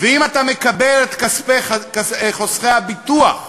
ואם אתה מקבל את כספי חוסכי הביטוח,